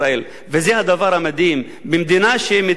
זה הדבר המדהים במדינה שמתיימרת להיות